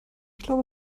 glaube